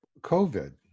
COVID